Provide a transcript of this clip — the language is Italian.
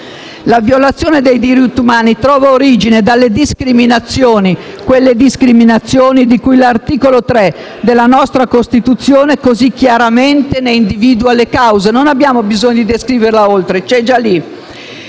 la violazione dei diritti umani trova origine dalle discriminazioni, quelle di cui l'articolo 3 della nostra Costituzione così chiaramente individua le cause: non abbiamo bisogno di descriverle oltre, sono già lì